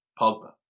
Pogba